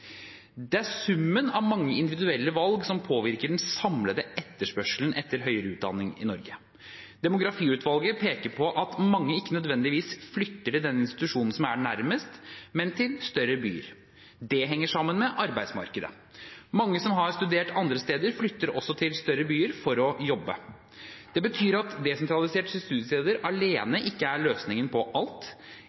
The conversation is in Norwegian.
Det er summen av mange individuelle valg som påvirker den samlede etterspørselen etter høyere utdanning i Norge. Demografiutvalget peker på at mange ikke nødvendigvis flytter til den institusjonen som er nærmest, men til større byer. Det henger sammen med arbeidsmarkedet. Mange som har studert andre steder, flytter også til større byer for å jobbe. Det betyr at desentraliserte studiesteder alene ikke er løsningen på alt.